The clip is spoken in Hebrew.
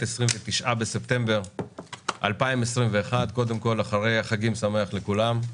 29 בספטמבר 2021. קודם כול אחרי החגים שמח לכולם,